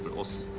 but was